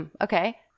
Okay